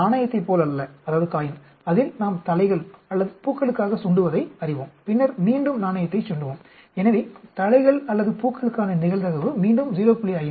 ஒரு நாணயத்தைப் போலல்ல அதில் நாம் தலைகள் அல்லது பூக்களுக்காக சுண்டுவதை அறிவோம் பின்னர் மீண்டும் நாணயத்தைச் சுண்டுவோம் எனவே தலைகள் அல்லது பூக்களுக்கான நிகழ்தகவு மீண்டும் 0